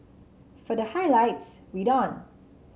for the highlights read on